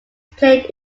played